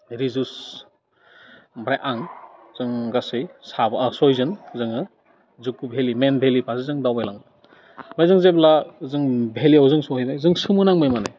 रिजुस ओमफ्राय आं जों गासै साबा सयजन जोङो जुक' भेलि मेन भेलि फारसे जों दावबायलाङो ओमफ्राय जों जेब्ला जों भेलियाव जों सहैबाय जों सोमो नांबाय माने